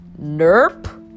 Nerp